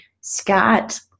Scott